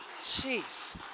jeez